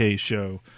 show